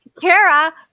Kara